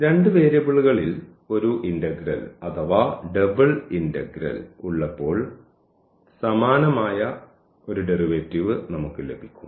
രണ്ട് വേരിയബിളുകളിൽ ഒരു ഇന്റഗ്രൽ അഥവാ ഡബിൾ ഇന്റഗ്രൽ ഉള്ളപ്പോൾ സമാനമായ ഒരു ഡെറിവേറ്റീവ് നമുക്ക് ലഭിക്കും